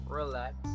relax